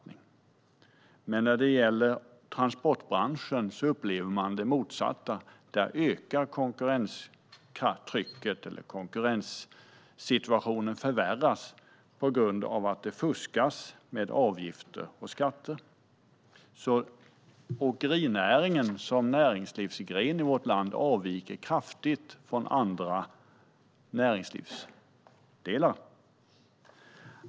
När det gäller transportbranschen upplever man dock det motsatta: Där ökar trycket, och konkurrenssituationen förvärras på grund av att det fuskas med avgifter och skatter. Åkerinäringen som näringslivsgren i vårt land avviker alltså kraftigt från andra näringslivsdelar.